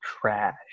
trash